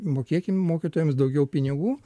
mokėkim mokytojams daugiau pinigų